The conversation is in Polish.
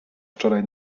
wczoraj